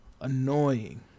annoying